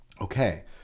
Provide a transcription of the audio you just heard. okay